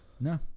no